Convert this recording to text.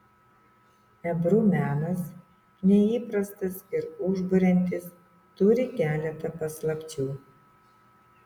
ebru menas neįprastas ir užburiantis turi keletą paslapčių